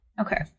Okay